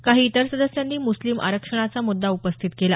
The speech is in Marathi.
काही इतर सदस्यांनी मुस्लिम आरक्षणाचा मुद्दा उपस्थित केला